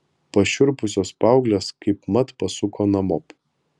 pašiurpusios paauglės kaipmat pasuko namop